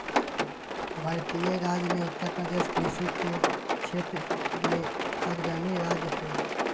भारतीय राज्य मे उत्तरप्रदेश कृषि के क्षेत्र मे अग्रणी राज्य हय